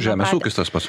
žemės ūkis tas pats